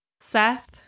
seth